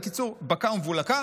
בקיצור, בוקה ומבולקה.